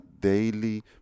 daily